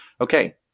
okay